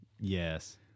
Yes